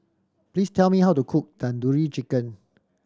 please tell me how to cook Tandoori Chicken